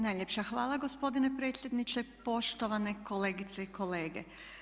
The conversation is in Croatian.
Najljepša hvala gospodine predsjedniče, poštovane kolegice i kolege.